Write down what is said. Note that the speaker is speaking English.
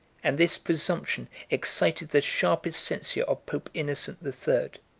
and this presumption excited the sharpest censure of pope innocent the third.